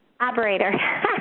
Operator